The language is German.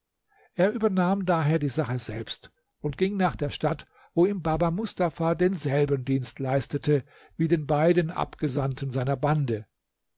er übernahm daher die sache selbst und ging nach der stadt wo ihm baba mustafa denselben dienst leistete wie den beiden abgesandten seiner bande